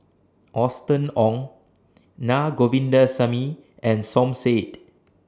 Austen Ong Na Govindasamy and Som Said